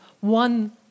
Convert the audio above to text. one